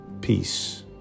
Peace